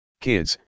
Kids